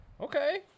Okay